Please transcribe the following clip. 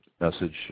message